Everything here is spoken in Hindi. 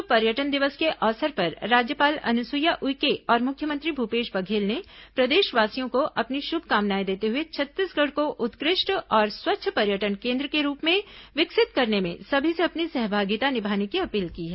विश्व पर्यटन दिवस के अवसर पर राज्यपाल अनुसुईया उइके और मुख्यमंत्री भूपेश बघेल ने प्रदेशवासियों को अपनी शुभकामनाएं देते हुए छत्तीसगढ़ को उत्कृष्ट और स्वच्छ पर्यटन केन्द्र के रूप में विकसित करने में सभी से अपनी सहभागिता निभाने की अपील की है